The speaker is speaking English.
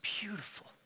beautiful